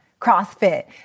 CrossFit